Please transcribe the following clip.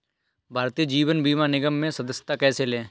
भारतीय जीवन बीमा निगम में सदस्यता कैसे लें?